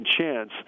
chance